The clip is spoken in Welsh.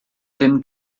dim